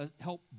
help